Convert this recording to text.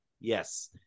Yes